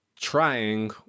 trying